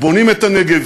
בונים את הנגב,